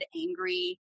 angry